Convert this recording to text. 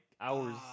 hours